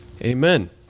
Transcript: Amen